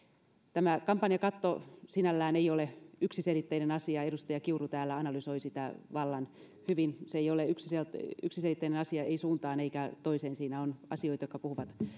tämä kampanjakatto sinällään ei ole yksiselitteinen asia edustaja kiuru täällä analysoi sitä vallan hyvin se ei ole yksiselitteinen yksiselitteinen asia ei suuntaan eikä toiseen siinä on asioita jotka puhuvat